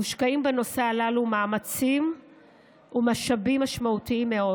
מושקעים בנושאים הללו מאמצים ומשאבים משמעותיים מאוד,